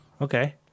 Okay